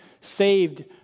saved